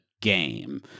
game